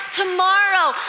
tomorrow